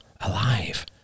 alive